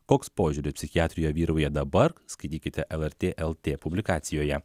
koks požiūris psichiatrijoje vyrauja dabar skaitykite lrt lt publikacijoje